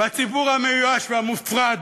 והציבור המיואש והמופרד,